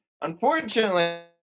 Unfortunately